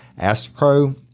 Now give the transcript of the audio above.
Astropro